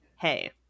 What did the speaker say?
hey